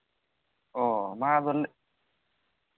ᱚ ᱢᱟ ᱟᱫᱚ ᱞᱟᱹᱭ